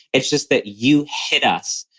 it's just that you hid us.